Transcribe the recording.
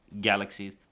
galaxies